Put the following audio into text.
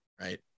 right